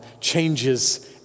changes